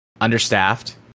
understaffed